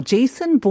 Jason